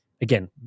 again